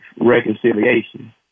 reconciliation